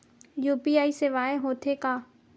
UPI सेवाएं हो थे का?